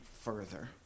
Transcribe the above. further